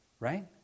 Right